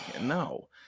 No